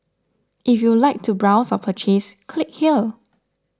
if you like to browse or purchase click here